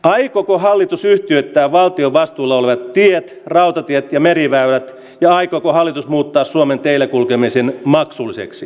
aikooko hallitus jättää valtion vastuulla olevia rautatiet ja meriväylät ja aikooko hallitus muuttaa suomen teillä kulkemisen maksulliseksi